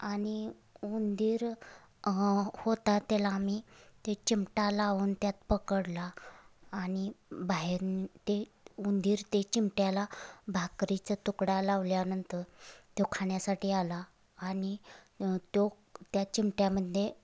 आणि उंदीर होतात त्याला आम्ही ते चिमटा लाऊन त्यात पकडला आणि बाहेर ते उंदीर ते चिमट्याला भाकरीचा तुकडा लावल्यानंतर तो खाण्यासाठी आला आणि तो त्या चिमट्यामध्ये